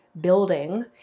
Building